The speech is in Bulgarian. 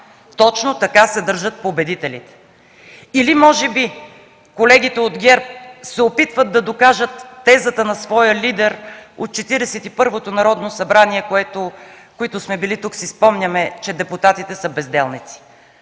Точно така се държат победителите! Или може би колегите от ГЕРБ се опитват да докажат тезата на своя лидер от Четиридесет и първото Народно събрание – които сме били тук, си спомняме, че депутатите са безделници.